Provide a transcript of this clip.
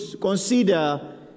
consider